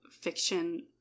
fiction